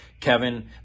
Kevin